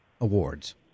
awards